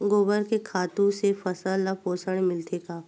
गोबर के खातु से फसल ल पोषण मिलथे का?